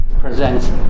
presents